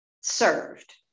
served